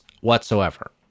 whatsoever